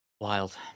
Wild